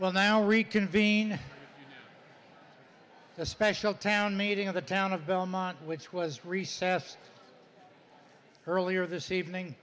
well now reconvene a special town meeting in the town of belmont which was recess earlier this evening